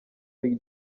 ari